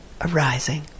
arising